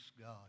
God